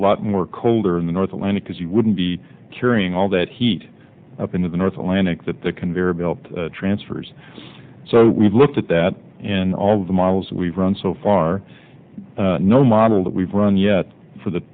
lot more colder in the north atlantic because you wouldn't be carrying all that heat up into the north atlantic that the conveyor belt transfers so we've looked at that in all the models we've run so far no model that we've run yet for the